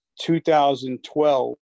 2012